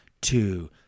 two